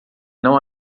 não